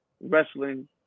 wrestling